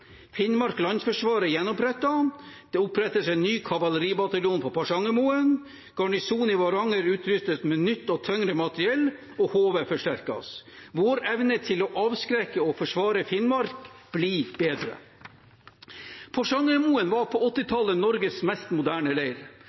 Finnmark landforsvar er gjenopprettet. Det opprettes en ny kavaleribataljon på Porsangermoen. Garnisonen i Varanger utrustes med nytt og tyngre materiell, og HV forsterkes. Vår evne til å avskrekke og forsvare Finnmark blir bedre. Porsangermoen var på 1980-tallet Norges mest moderne